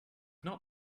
not